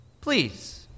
Please